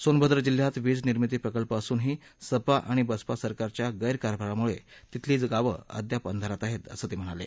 सोनभद्र जिल्ह्यात वीज निर्मिती प्रकल्प असूनही सपा आणि बसपा सरकारच्या गैर कारभारामुळे तिथली गावं अद्याप अंधारात आहेत असं ते म्हणाले